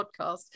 podcast